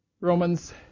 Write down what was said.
Romans